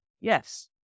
Yes